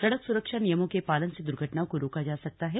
सड़क सुरक्षा नियमों के पालन से दुर्घटनाओं को रोका जा सकता है